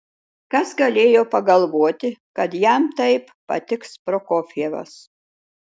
kas galėjo pagalvoti kad jam taip patiks prokofjevas